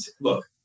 look